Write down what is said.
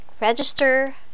Register